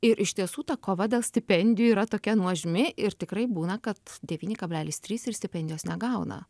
ir iš tiesų ta kova dėl stipendijų yra tokia nuožmi ir tikrai būna kad devyni kablelis trys ir stipendijos negauna